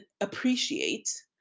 appreciate